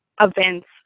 events